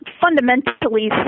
fundamentally